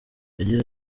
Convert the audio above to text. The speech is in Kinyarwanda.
yagize